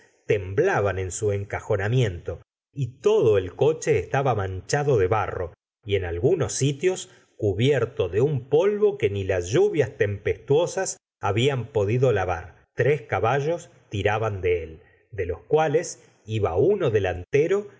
temblaban en su encajonamiento y todo el coche estaba manchado de barro y en algunos sitios cubierto de un polvo que ni las lluvias tempestuosas habían podido lavar tres caballos tiraban de él de los cuales iba uno delantero